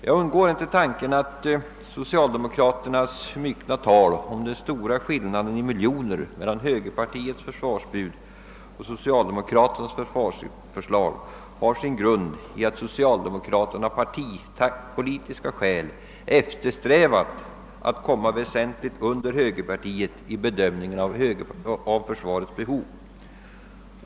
Jag kan inte komma ifrån tanken att socialdemokraternas myckna tal om den stora skillnaden i miljoner mellan högerpartiets försvarsbud och socialdemokraternas har sin grund i att socialdemokraterna av partipolitiska skäl eftersträvat att komma väsentligt under högerpartiet vid bedömningen av försvarets behov.